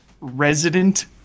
Resident